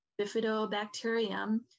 bifidobacterium